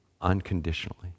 unconditionally